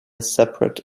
separate